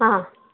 ಹಾಂ